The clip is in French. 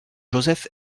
joseph